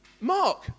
Mark